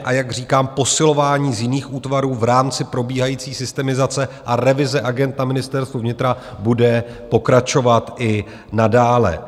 A jak říkám, posilování z jiných útvarů v rámci probíhající systemizace a revize agend na Ministerstvu vnitra bude pokračovat i nadále.